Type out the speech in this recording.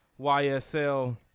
YSL